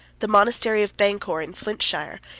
the monastery of banchor, in flintshire,